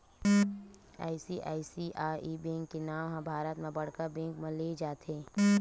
ICICI bank के नांव ह भारत म बड़का बेंक म लेय जाथे